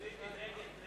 מי בעד ההסתייגויות?